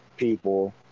people